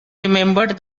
remembered